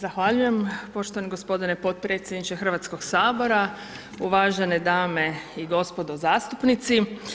Zahvaljujem poštovani g. potpredsjedniče Hrvatskog sabora, uvažene dame i gospodo zastupnici.